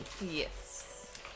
Yes